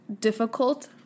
difficult